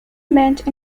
meant